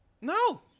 No